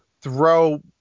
throw